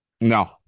no